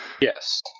Yes